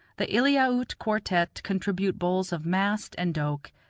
the eliaute quartette contribute bowls of mast and doke,